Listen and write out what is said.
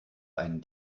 einen